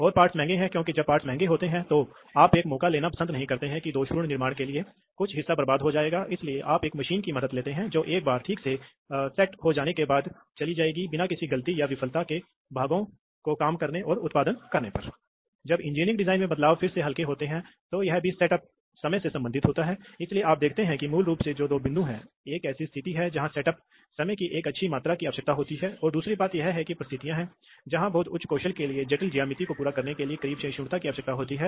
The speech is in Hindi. अतः यदि वस्तु A है तो केवल इस बिंदु पर तब इस बिंदु पर केवल क्लैम्पिंग बल का एहसास होगा यदि यह B के आकार का है तो इस बिंदु पर क्लैम्पिंग बल का एहसास होगा यदि यह C है तो सिलेंडर कितना आगे बढ़ेगा और कहां रुकेगा यह चैंबर में विकसित दबाव के आधार पर निर्धारित किया जाना है इसलिए दबाव विकसित होगा मेरा मतलब है चैम्बर में बैकस्पेस को विकसित किया जाएगा जब यह नहीं हो सकता फिर से चलें ताकि आप देखें कि यह होगा यह होगा यह वास्तव में होगा फिर यह वास्तव में गति का विरोध करेगा इसलिए एक निश्चित दबाव अंतर पैदा होगा ठीक है